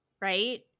right